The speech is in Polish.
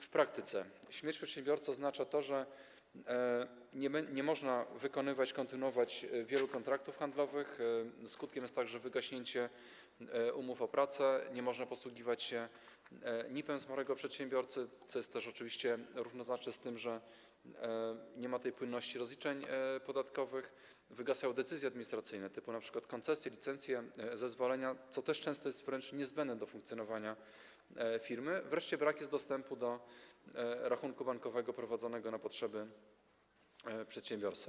W praktyce śmierć przedsiębiorcy oznacza, że nie można wykonywać, kontynuować wielu kontraktów handlowych, jej skutkiem jest także wygaśnięcie umów o pracę, nie można posługiwać się NIP-em zmarłego przedsiębiorcy, co jest też oczywiście równoznaczne z tym, że nie ma płynności rozliczeń podatkowych, wygasają decyzje administracyjne typu koncesje, licencje, zezwolenia, co też często jest wręcz niezbędne do funkcjonowania firmy, wreszcie brak jest dostępu do rachunku bankowego prowadzonego na potrzeby przedsiębiorstwa.